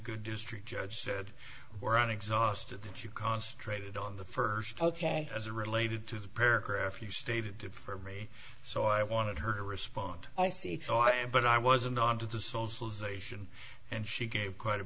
good district judge said we're on exhausted that you concentrated on the first ok as a related to the paragraph you stated it for me so i wanted her to respond i see oh i am but i wasn't on to the socialization and she gave quite a